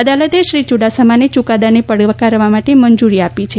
અદાલતે શ્રી યૂડાસમાને યૂકાદાને પડકારવા માટે મંજુરી આપી છે